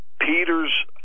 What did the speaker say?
peter's